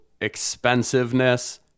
expensiveness